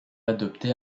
adopter